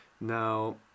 now